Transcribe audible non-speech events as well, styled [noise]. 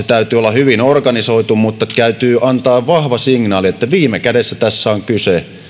[unintelligible] täytyy olla hyvin organisoitua täytyy antaa vahva signaali että viime kädessä tässä on kyse